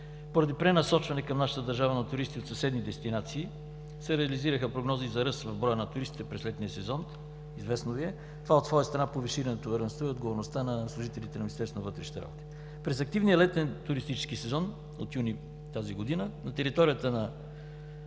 Поради пренасочване към нашата държава на туристи от съседни дестинации се реализираха прогнози за ръст в броя на туристите през летния сезон, известно Ви е. Това от своя страна повиши натовареността и отговорността на служителите на Министерството на вътрешните работи. През активния летен туристически сезон от юни тази година на територията на